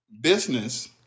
business